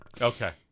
Okay